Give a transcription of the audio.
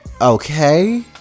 okay